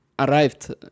arrived